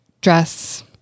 dress